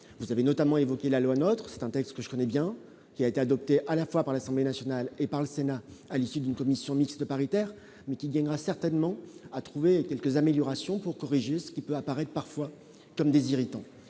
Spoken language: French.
vous avez notamment évoqué la loi nôtre c'est un texte que je connais bien, qui a été adopté à la fois par l'Assemblée nationale et par le Sénat, à l'issue d'une commission mixte paritaire mais qui gagnera certainement à trouver quelques améliorations pour corriger ce qui peut apparaître parfois comme des irritants